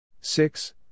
six